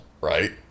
right